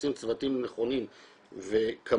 לשים צוותים נכונים וכמותיים,